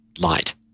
light